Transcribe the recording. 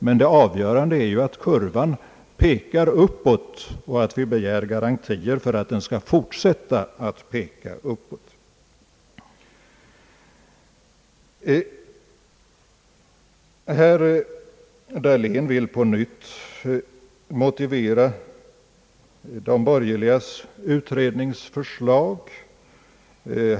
Men det avgörande är att kurvan pekar uppåt och att vi begär garantier för att den skall fortsätta att göra det. Herr Dahlén vill på nytt motivera de borgerligas utredningsförslag.